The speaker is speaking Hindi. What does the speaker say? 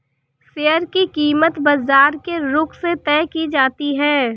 शेयर की कीमत बाजार के रुख से तय की जाती है